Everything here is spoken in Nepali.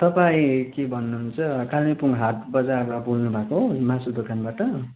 तपाईँ के भन्नुहुन्छ कालिम्पोङ हाट बजारबाट बोल्नु भएको हो मासु दोकानबाट